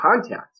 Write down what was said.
contact